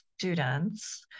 students